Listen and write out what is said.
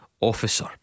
officer